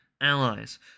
allies